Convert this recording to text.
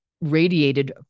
radiated